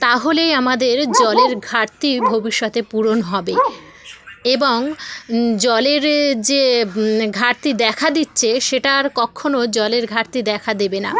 তাহলেই আমাদের জলের ঘাটতি ভবিষ্যতে পূরণ হবে এবং জলের যে ঘাটতি দেখা দিচ্ছে সেটা আর কক্ষনো জলের ঘাটতি দেখা দেবে না